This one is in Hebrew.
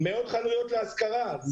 מאות חנויות עומדות להשכרה,